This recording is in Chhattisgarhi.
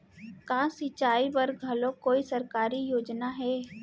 का सिंचाई बर घलो कोई सरकारी योजना हे?